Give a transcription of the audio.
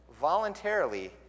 voluntarily